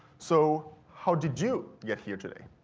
so, how did you get here today?